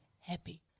happy